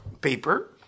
paper